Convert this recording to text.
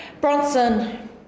Bronson